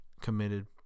committed